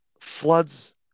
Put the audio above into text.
floods